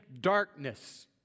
darkness